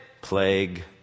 plague